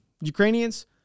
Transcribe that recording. Ukrainians